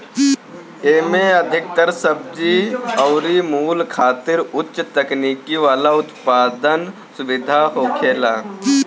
एमे अधिकतर सब्जी अउरी फूल खातिर उच्च तकनीकी वाला उत्पादन सुविधा होखेला